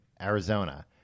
Arizona